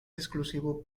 exclusivo